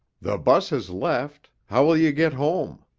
the bus has left. how will you get home?